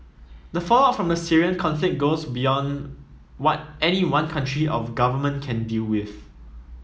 the fallout from the Syrian conflict goes beyond what any one country or government can deal with